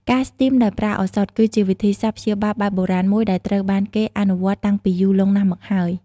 ការស្ទីមដោយប្រើឱសថ គឺជាវិធីសាស្ត្រព្យាបាលបែបបុរាណមួយ ដែលត្រូវបានគេអនុវត្តតាំងពីយូរលង់ណាស់មកហើយ។